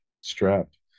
strapped